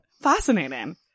Fascinating